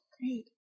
Great